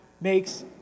makes